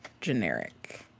generic